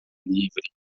livre